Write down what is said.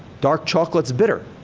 dark chocolate is bitter.